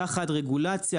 תחת רגולציה,